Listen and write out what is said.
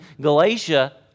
Galatia